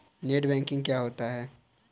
Net banking क्या होता है?